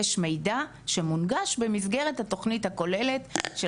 יש מידע שמונגש במסגרת התוכנית הכוללת של